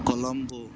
Colombo